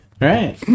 Right